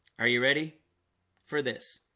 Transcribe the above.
are you ready for this?